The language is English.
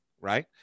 right